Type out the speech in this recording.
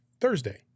Thursday